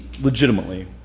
legitimately